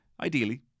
ideally